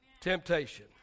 temptation